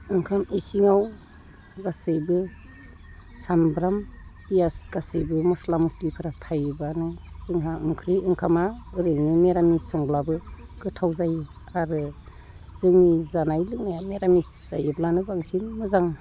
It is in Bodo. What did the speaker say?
ओंखाम इसिङाव गासैबो सामब्राम पियास गासैबो मस्ला मस्लिफोर थायोब्लानो जोंहा ओंख्रि ओंखामा ओरैनो मिरामिस संब्लाबो गोथाव जायो आरो जोंनि जानाय लोंनाया मिरामिस जायोब्लानो बांसिन मोजां